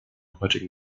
heutigen